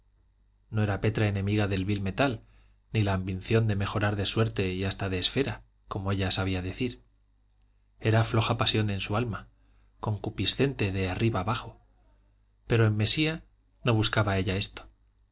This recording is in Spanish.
no era petra enemiga del vil metal ni la ambición de mejorar de suerte y hasta de esfera como ella sabía decir era floja pasión en su alma concupiscente de arriba abajo pero en mesía no buscaba ella esto